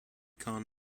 khan